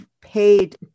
paid